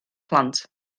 plant